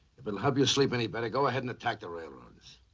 if it'll help you. sleep any better, go ahead and attack the railroad.